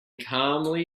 calmly